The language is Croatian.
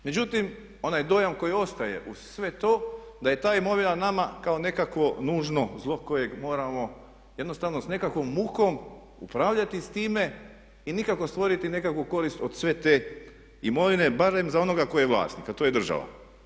Međutim, onaj dojam koji ostaje uz sve to da je ta imovina nama kao nekakvo nužno zlo kojeg moramo jednostavno s nekakvom mukom upravljati s time i nikako stvoriti nekakvu korist od sve te imovine barem za onoga tko je vlasnik, a to je država.